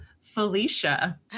Felicia